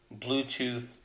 Bluetooth